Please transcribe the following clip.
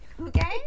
Okay